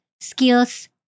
skills